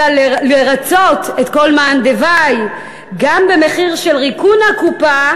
אלא לרצות את כל מאן דבעי גם במחיר של ריקון הקופה,